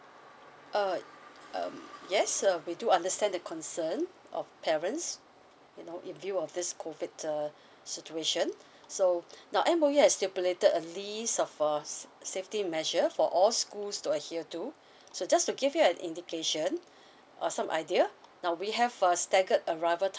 oh um yes uh we do understand the concern of parents in view of this COVID situation so now M_O_E has stipulated a list of uh safety measure for all schools to adhere to so just to give you an indication or some idea now we have a staggered arrival